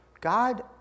God